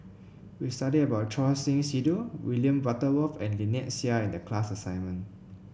we studied about Choor Singh Sidhu William Butterworth and Lynnette Seah in the class assignment